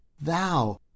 thou